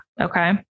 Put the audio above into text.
Okay